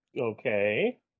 okay